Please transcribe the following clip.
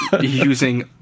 using